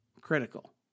critical